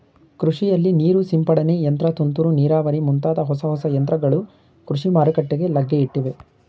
ಕೃಷಿಯಲ್ಲಿ ನೀರು ಸಿಂಪಡನೆ ಯಂತ್ರ, ತುಂತುರು ನೀರಾವರಿ ಮುಂತಾದ ಹೊಸ ಹೊಸ ಯಂತ್ರಗಳು ಕೃಷಿ ಮಾರುಕಟ್ಟೆಗೆ ಲಗ್ಗೆಯಿಟ್ಟಿವೆ